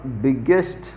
biggest